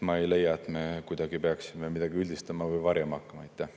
Ma ei leia, et me peaksime midagi üldistama või varjama hakkama.